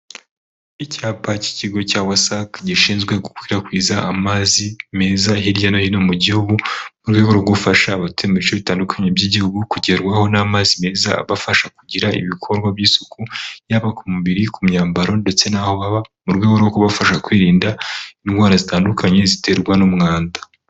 Icyapa cy'ikigo cya wasake gishinzwe gukwirakwiza amazi meza hirya no hino mu gihugu murwego rwo gufasha abatu bice bitandukanye by'igihugu kugerwaho n'amazi meza abafasha kugira ibikorwa by'isuku yaba ku mubiri ku myambaro ndetse n'aho baba mu rwego rwo kubafasha kwirinda indwara zitandukanye ziterwa n'umwanda.